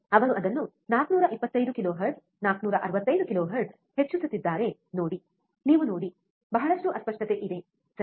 ಅವರು ಅದನ್ನು 425 kilohertz 465 kilohertz ಹೆಚ್ಚಿಸುತ್ತಿದ್ದಾರೆ ನೋಡಿ ನೀವು ನೋಡಿ ಬಹಳಷ್ಟು ಅಸ್ಪಷ್ಟತೆ ಇದೆ ಸರಿ